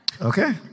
Okay